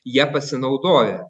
ja pasinaudojo